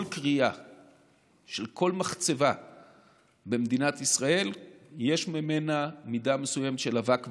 כל כרייה של כל מחצבה במדינת ישראל יש ממנה מידה מסוימת של אבק וזיהום.